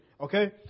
Okay